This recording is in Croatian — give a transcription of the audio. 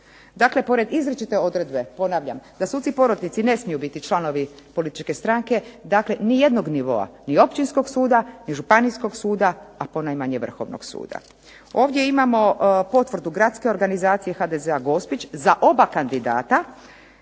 Dakle pored izričite odredbe, ponavljam da suci porotnici ne smiju biti članovi političke stranke, dakle ni jednog nivoa ni općinskog suda, ni županijskog suda, a ponajmanje Vrhovnog suda. Ovdje imamo potvrdu gradske organizacijske HDZ-a Gospić za oba kandidata